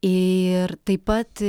ir taip pat